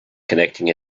connecting